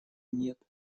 нет